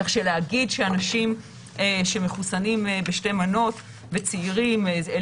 כך שלהגיד שאנשים שמחוסנים בשתי מנות וצעירים זה